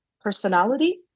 personality